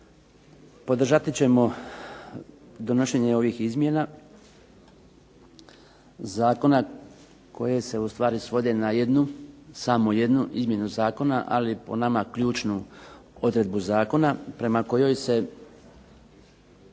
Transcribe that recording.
Podržati ćemo donošenje ovih izmjena zakona koje se u stvari svode na jednu, samo jednu izmjenu zakona ali po nama ključnu odredbu zakona prema kojoj se